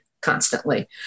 constantly